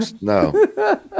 no